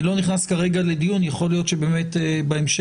אני לא נכנס כרגע לדיון, יכול להיות שבאמת בהמשך,